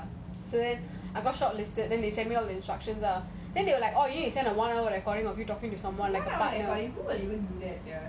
because my mother tongue is tamil and you know not a lot of tamil people then I got shortlisted then they give the instructions lah then they